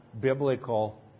biblical